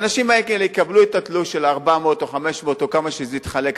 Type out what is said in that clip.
האנשים האלה יקבלו את התלוש של ה-400 או 500 או כמה שזה יתחלק,